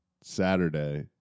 Saturday